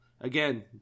again